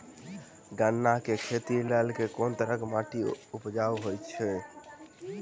गन्ना केँ खेती केँ लेल केँ तरहक माटि उपजाउ होइ छै?